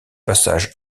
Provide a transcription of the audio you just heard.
passage